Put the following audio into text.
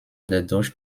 dadurch